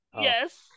yes